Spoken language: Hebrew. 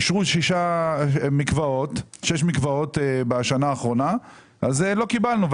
אישרו שש מקוואות בשנה האחרונה אז לא קיבלנו,